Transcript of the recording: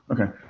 Okay